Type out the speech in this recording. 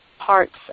parts